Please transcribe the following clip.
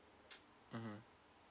mmhmm